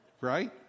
Right